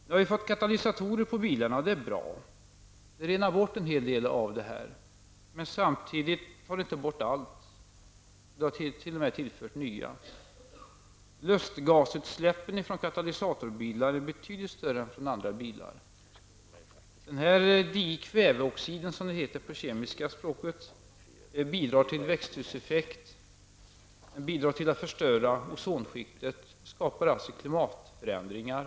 Nu har vi fått katalysatorer på bilarna, och det är bra. De renar bort en del av detta, men samtidigt tar de inte bort allt. De har t.o.m. tillfört nya utsläpp. Lustgasutsläppen från katalysatorbilar är betydligt större än från andra bilar. Den här dikväveoxiden, som den heter på det kemiska språket, bidrar till växthuseffekten, den bidrar till att förstöra ozonskicktet och skapar alltså klimatförändringar.